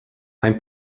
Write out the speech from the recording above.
ein